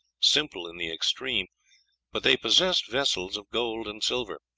simple in the extreme but they possessed vessels of gold and silver,